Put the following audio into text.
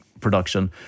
production